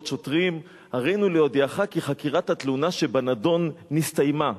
שוטרים: הרינו להודיעך כי חקירת התלונה שבנדון הסתיימה.